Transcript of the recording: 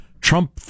Trump